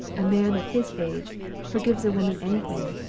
a man at his age forgives a woman anything,